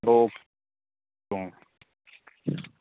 okay ꯎꯝ